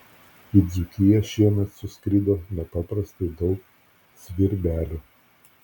į dzūkiją šiemet suskrido nepaprastai daug svirbelių